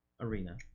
arena